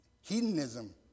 hedonism